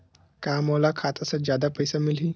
का मोला खाता से जादा पईसा मिलही?